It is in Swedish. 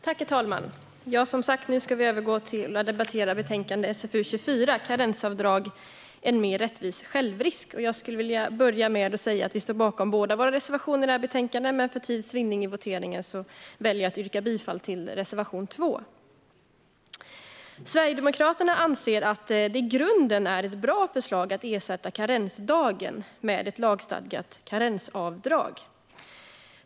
Herr talman! Vi ska nu övergå till att debattera betänkande SfU24, Karensavdrag - en mer rättvis självrisk . Jag vill börja med att säga att vi står bakom båda våra reservationer i det här betänkandet, men för tids vinnande vid voteringen väljer jag att yrka bifall endast till reservation 2. Sverigedemokraterna anser att det i grunden är ett bra förslag att ersätta karensdagen med ett lagstadgat karensavdrag.